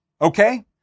Okay